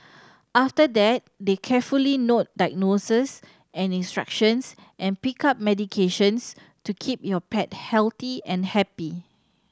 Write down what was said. after that they carefully note diagnoses and instructions and pick up medications to keep your pet healthy and happy